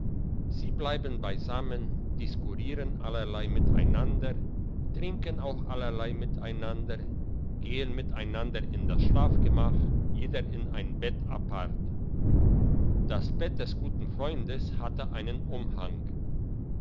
sie bleiben beisammen diskurieren allerlei miteinander trinken auch allerlei miteinander gehn miteinander in das schlafgemach jeder in ein bett apart das bett des guten freundes hatte einen umhang